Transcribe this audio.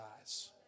eyes